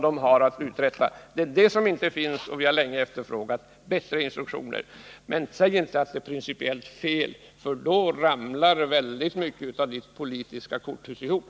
Det är sådana som saknas, och vi har länge efterfrågat bättre instruktioner. Men säg inte att det är principiellt fel av regering och riksdag att ge sådana direktiv, för då ramlar Johan Olssons politiska korthus ihop.